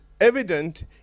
evident